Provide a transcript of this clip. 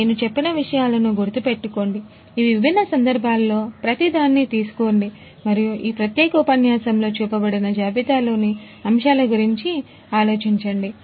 నేను చెప్పిన విషయాలను గుర్తుపెట్టుకోండి ఈ విభిన్న సందర్భాలలో ప్రతిదాన్ని తీసుకోండి మరియు ఈ ప్రత్యేక ఉపన్యాసంలో చూపబడిన జాబితాలోని అంశాల గురించి ఆలోచించండి